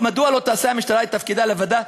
מדוע לא תעשה המשטרה את תפקידה לבדה?